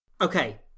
Okay